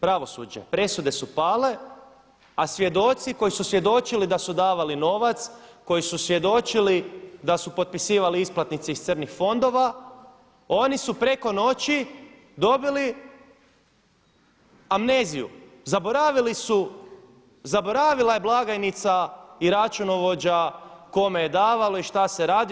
Pravosuđe, presude su pale, a svjedoci koji su svjedočili da su davali novac, kojisu svjedočili da su potpisivali isplatnice iz crnih fondova oni su preko noći dobili amneziju, zaboravila je blagajnica i računovođa kome je davalo i šta se radilo.